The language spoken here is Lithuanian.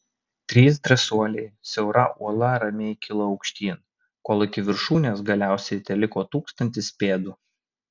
trys drąsuoliai siaura uola ramiai kilo aukštyn kol iki viršūnės galiausiai teliko tūkstantis pėdų